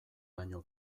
baino